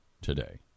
today